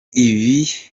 ibi